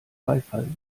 beifall